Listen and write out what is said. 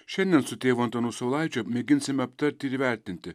šiandien su tėvu antanu saulaičiu mėginsime aptarti ir įvertinti